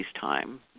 time